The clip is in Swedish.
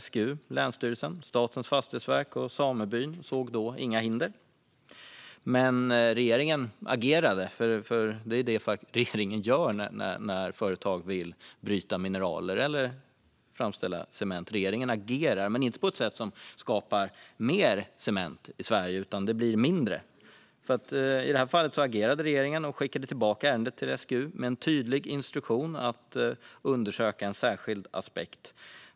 SGU, länsstyrelsen, Statens fastighetsverk och samebyn såg då inga hinder. Men regeringen agerade, för det är det regeringen gör när företag vill bryta mineral eller framställa cement: Regeringen agerar men inte på ett sätt som skapar mer cement i Sverige utan mindre. I det här fallet agerade alltså regeringen och skickade tillbaka ärendet till SGU med en tydlig instruktion att undersöka en annan aspekt.